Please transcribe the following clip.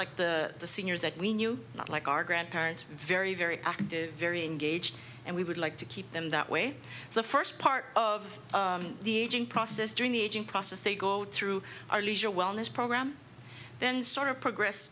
like the seniors that we knew not like our grandparents very very active very engaged and we would like to keep them that way so the first part of the aging process during the aging process they go through our leisure wellness program then sort of progress